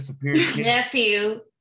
nephew